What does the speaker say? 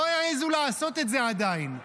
לא העזו לעשות את זה עדיין.